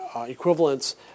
equivalents